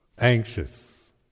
anxious